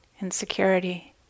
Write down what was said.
insecurity